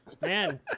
Man